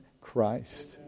Christ